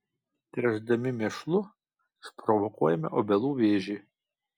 tręšdami mėšlu išprovokuojame obelų vėžį